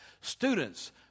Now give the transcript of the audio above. Students